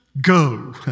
go